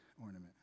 ornament